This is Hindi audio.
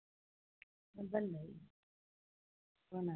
बंद होइ गइ फोन आ